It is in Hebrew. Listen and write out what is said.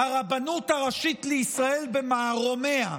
הרבנות הראשית לישראל במערומיה,